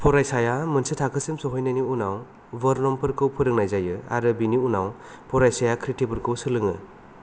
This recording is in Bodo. फरायसाया मोनसे थाखोसिम सौहैनायनि उनाव वर्नमफोरखौ फोरोंनाय जायो आरो बिनि उनाव फरायसाया कृतिफोरखौ सोलोङो